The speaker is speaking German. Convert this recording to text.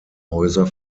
häuser